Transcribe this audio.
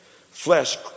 Flesh